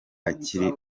akiri